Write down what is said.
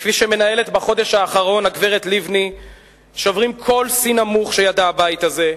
כפי שמנהלת בחודש האחרון הגברת לבני שוברים כל שיא נמוך שידע הבית הזה,